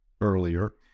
earlier